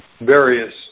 various